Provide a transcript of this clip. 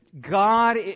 God